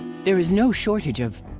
there is no shortage of!